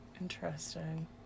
Interesting